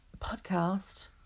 podcast